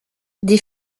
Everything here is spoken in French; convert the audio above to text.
des